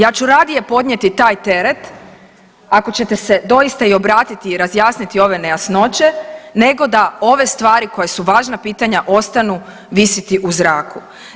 Ja ću radije podnijeti taj teret ako ćete se doista i obratiti i razjasniti ove nejasnoće nego da ove stvari koja su važna pitanja ostanu visiti u zraku.